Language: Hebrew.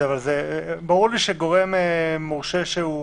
זה ברור לי שגורם מורשה, שהוא